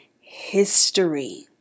history